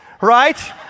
right